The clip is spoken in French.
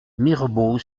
mirebeau